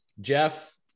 Jeff